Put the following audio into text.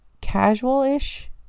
casual-ish